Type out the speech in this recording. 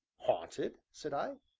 haunted? said i.